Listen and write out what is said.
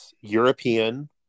European